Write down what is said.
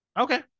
Okay